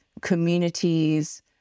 communities